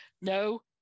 no